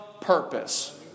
purpose